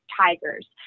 tigers